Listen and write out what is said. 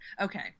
Okay